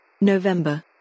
November